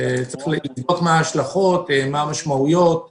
צריך לבדוק מה ההשלכות, מה המשמעויות וכולי.